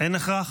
אין הכרח?